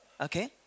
Okay